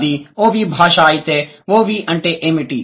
అది OV భాష అయితే OV అంటే ఏమిటి